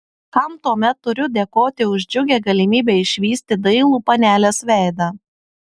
kam tuomet turiu dėkoti už džiugią galimybę išvysti dailų panelės veidą